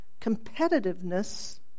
competitiveness